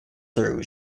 through